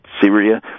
Syria